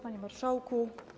Panie Marszałku!